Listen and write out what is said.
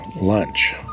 lunch